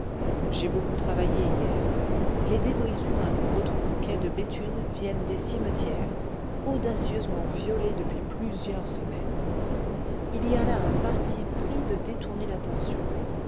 j'ai beaucoup travaillé hier les débris humains qu'on retrouve au quai de béthune viennent des cimetières audacieusement violés depuis plusieurs semaines ii y a là un parti pris de détourner l'attention